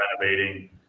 renovating